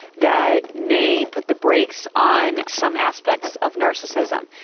that may put the brakes on some aspects of narcissism.